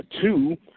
two